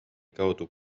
kaudu